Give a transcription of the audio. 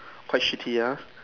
quite shitty ah